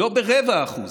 לא ב-0.25%.